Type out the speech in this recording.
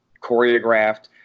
choreographed